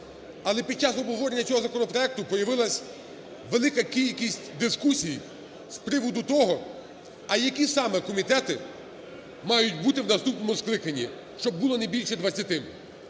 Але під час обговорення цього законопроекту появилась велика кількість дискусій з приводу того, а які саме комітети мають бути в наступному скликанні, щоб було не більше 20.